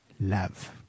love